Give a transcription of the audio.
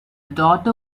daughter